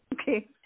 Okay